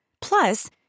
Plus